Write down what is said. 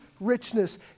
richness